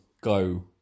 go